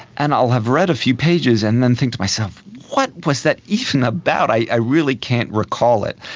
and i will have read a few pages and then think to myself what was that even about, i really can't recall it.